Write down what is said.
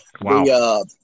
Wow